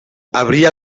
habría